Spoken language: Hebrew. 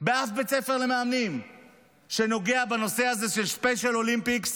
באף בית ספר למאמנים שנוגע בנושא הזה של ספיישל אולימפיקס,